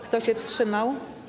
Kto się wstrzymał?